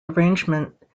arrangement